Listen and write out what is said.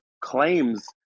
claims